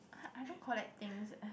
I don't collect things